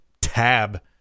tab